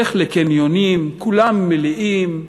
לך לקניונים, כולם מלאים,